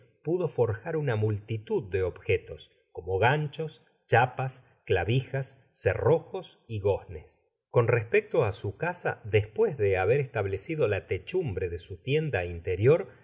pudo forjar una multitud de objetos como ganchos chapas clavijas cerrojos y goznes con respecto á su casa despues de haber establecido la techumbre de su tienda interior